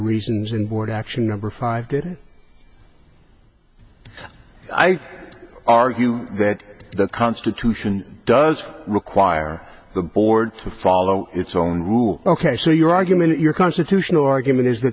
reasons and board action number five did i argue that the constitution does require the board to follow its own rule ok so your argument your constitutional argument is that